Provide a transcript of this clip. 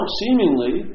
seemingly